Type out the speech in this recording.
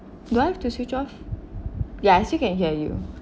do I have to switch off ya still can hear you